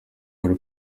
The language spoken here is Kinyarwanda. muri